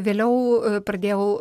vėliau pradėjau